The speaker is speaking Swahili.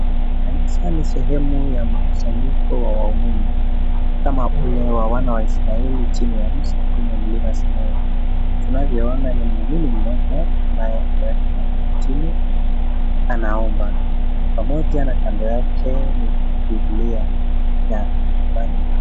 Kanisa ni sehemu ya mkusanyiko wa waumini kama ule wa wana wa Israeli chini ya Musa kwenye Mlima Sinai. Tunavyoona ni mwanaume mmoja na amepiga magoti chini, anaomba. Pamoja na kando yake ni Biblia na miwani.